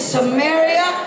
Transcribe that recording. Samaria